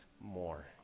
more